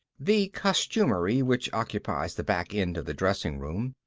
the costumery, which occupies the back end of the dressing room,